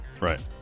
Right